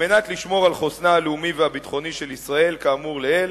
כדי לשמור על חוסנה הלאומי והביטחוני של ישראל כאמור לעיל,